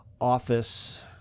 office